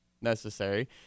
necessary